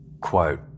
Quote